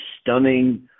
stunning